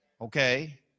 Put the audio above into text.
Okay